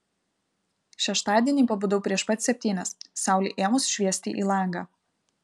šeštadienį pabudau prieš pat septynias saulei ėmus šviesti į langą